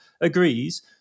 agrees